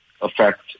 affect